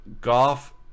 golf